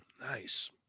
Nice